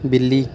बिल्ली